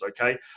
Okay